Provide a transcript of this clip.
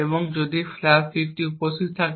এবং যদি ফ্ল্যাশ স্মৃতি উপস্থিত থাকে